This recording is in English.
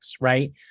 right